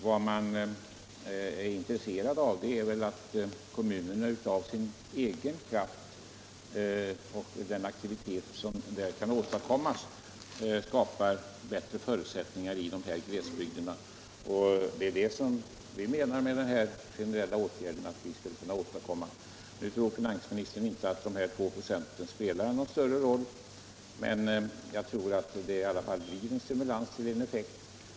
Vad man önskar är att kommunerna av egen kraft och med den aktivitet som kan åstadkommas där skapar bättre förutsättningar i glesbygderna. Det är det vi menar att den generella åtgärden skulle kunna åstadkomma. Finansministern tror inte att en sänkning med 2 96 spelar någon större roll, men den blir i alla fall en stimulans.